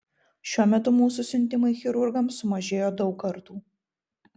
šiuo metu mūsų siuntimai chirurgams sumažėjo daug kartų